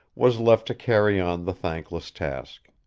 was left to carry on the thankless task.